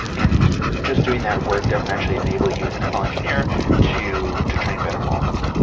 and just doing that work doesn't actually enable you as an ml engineer to to train better models.